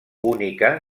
única